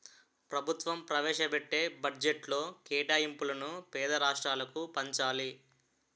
ప్రభుత్వం ప్రవేశపెట్టే బడ్జెట్లో కేటాయింపులను పేద రాష్ట్రాలకు పంచాలి